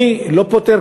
אני לא פוטר,